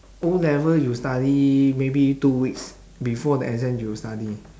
O-level you study maybe two weeks before the exam you will study